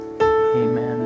amen